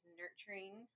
nurturing